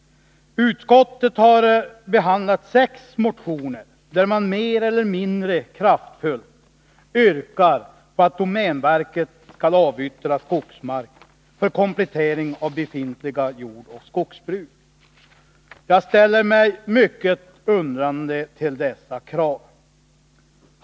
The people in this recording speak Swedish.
Utskottet har behandlat sex motioner, där man mer eller mindre kraftfullt yrkar på att domänverket skall avyttra skogsmark för komplettering av befintliga jordoch skogsbruk. Jag ställer mig mycket undrande till dessa krav.